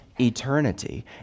eternity